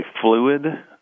fluid